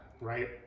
right